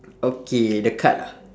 okay the card ah